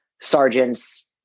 sergeants